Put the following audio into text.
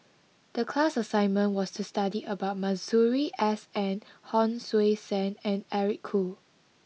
the class assignment was to study about Masuri S N Hon Sui Sen and Eric Khoo